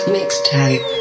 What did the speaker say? Mixtape